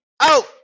Out